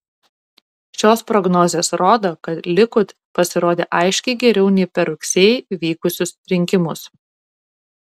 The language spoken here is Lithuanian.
šios prognozės rodo kad likud pasirodė aiškiai geriau nei per rugsėjį vykusius rinkimus